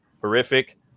horrific